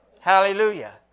Hallelujah